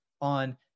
on